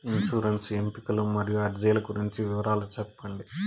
insurance ఎంపికలు మరియు అర్జీల గురించి వివరాలు సెప్పండి